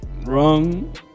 Wrong